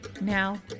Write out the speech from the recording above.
now